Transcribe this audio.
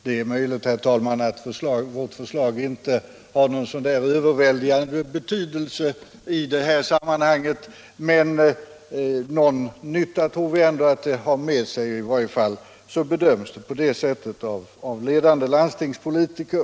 Det är möjligt att vårt förslag inte har någon överväldigande betydelse i detta sammanhang, men någon nytta tror vi ändå att det för med sig. I varje fall bedöms det så av ledande landstingspolitiker.